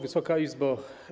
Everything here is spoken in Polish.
Wysoka Izbo!